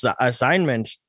assignment